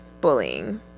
bullying